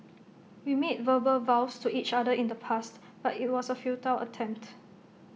we made verbal vows to each other in the past but IT was A futile attempt